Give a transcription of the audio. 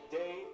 day